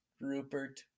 Rupert